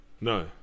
No